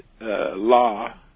law